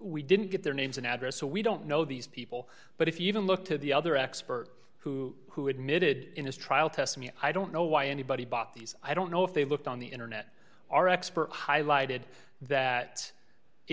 we didn't get their names and address so we don't know these people but if you even look to the other expert who who admitted in his trial test me i don't know why anybody bought these i don't know if they looked on the internet are experts highlighted that if